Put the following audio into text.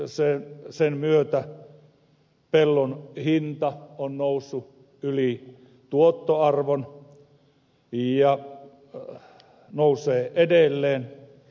nimittäin tilatukiuudistuksen myötä pellon hinta on noussut yli tuottoarvon ja nousee edelleen